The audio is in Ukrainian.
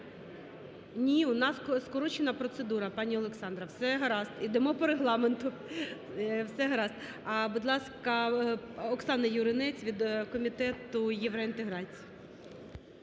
Ні, у нас скорочена процедура, пані Олександро, все гаразд йдемо по регламенту. Все гаразд. А, будь ласка, Оксана Юринець – від комітету євроінтеграції.